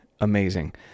amazing